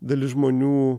dalis žmonių